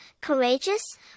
courageous